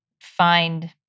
find